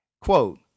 Quote